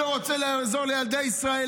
שרוצה לעזור לילדי ישראל,